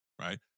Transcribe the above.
right